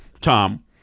Tom